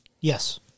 Yes